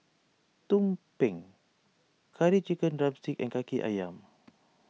Tumpeng Curry Chicken Drumstick and Kaki Ayam